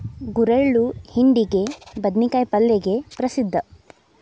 ಗುರೆಳ್ಳು ಹಿಂಡಿಗೆ, ಬದ್ನಿಕಾಯ ಪಲ್ಲೆಗೆ ಪ್ರಸಿದ್ಧ